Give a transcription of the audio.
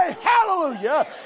hallelujah